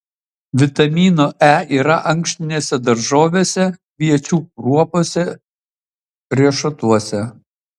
vitamino e yra ankštinėse daržovėse kviečių kruopose riešutuose